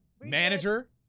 manager